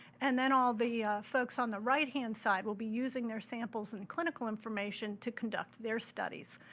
and then all the folks on the right hand side will be using their samples in clinical information to conduct their studies,